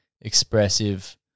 expressive